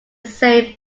safe